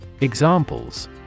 Examples